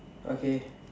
okay